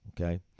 Okay